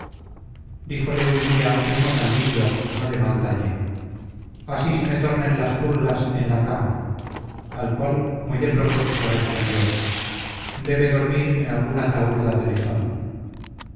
díjole un día un mozalbillo no de mal talle así se me tornen las pulgas en la cama al cual muy de propósito respondió debe dormir en alguna zahúrda de lechón